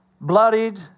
bloodied